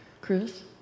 Chris